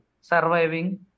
surviving